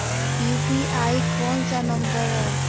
UPI कोन सा number हैं?